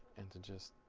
into just